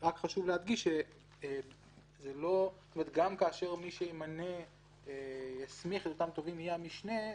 רק חשוב להדגיש שגם כאשר מי שיסמיך את אותם תובעים יהיה המשנה,